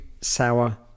sour